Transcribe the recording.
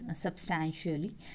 substantially